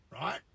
right